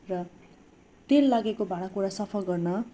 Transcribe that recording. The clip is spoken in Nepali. र तेल लागेको भाँडा कुँडा सफा गर्न